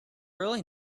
really